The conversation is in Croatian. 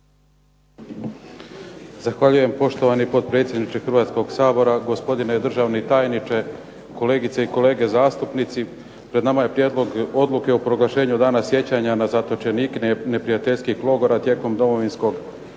Zahvaljujem poštovani potpredsjedniče Hrvatskoga sabora, gospodine državni tajniče, kolegice i kolege zastupnici. Pred nama je Prijedlog odluke o proglašenju dana sjećanja na zatočenike neprijateljskih logora tijekom Domovinskog rata.